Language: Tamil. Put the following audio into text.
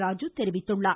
ராஜீ தெரிவித்துள்ளார்